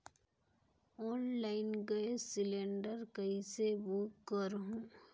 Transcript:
Online gas cylinder कइसे book करहु?